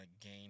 gain